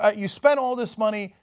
ah you spent all this money,